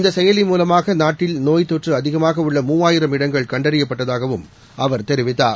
இந்த செயலி மூலமாக நாட்டில் நோய்த்தொற்று அதிகமாக உள்ள மூவாயிரம் இடங்கள் கண்டறியப்பட்டதாக அவர் தெரிவித்தார்